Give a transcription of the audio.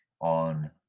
on